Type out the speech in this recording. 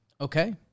Okay